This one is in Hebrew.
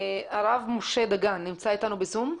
הרב משה דגן, נמצא איתנו בזום?